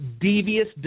devious